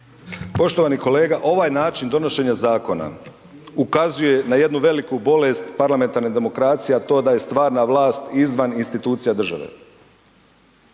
Poštovani kolega, ovaj način donošenja zakona ukazuje na jednu veliku bolest parlamentarne demokracije a to je stvarna vlast izvan institucija države.